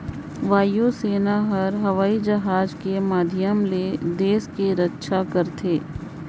वायु सेना हर हवई जहाज के माधियम ले देस के रम्छा करथे